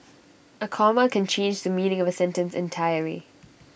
A comma can change the meaning of A sentence entirely